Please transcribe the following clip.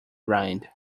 ride